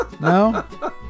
no